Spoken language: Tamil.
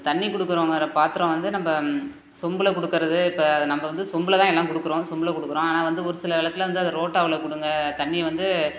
தண்ணி கொடுக்குறோங்கிற பாத்திரம் வந்து நம்ப சொம்பில் கொடுக்குறது இப்போ அதை நம்ப வந்து சொம்பில் தான் எல்லாம் கொடுக்குறோம் சொம்பில் கொடுக்குறோம் ஆனால் வந்து ஒரு சில வழக்குல வந்து அதை ரோட்டாவில் கொடுங்க தண்ணி வந்து